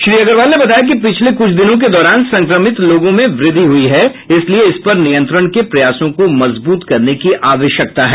श्री अग्रवाल ने बताया कि पिछले कुछ दिनों के दौरान संक्रमित लोगों में वृद्धि हुई है इसलिए इस पर नियंत्रण के प्रयासों को मजबूत करने की आवश्यकता है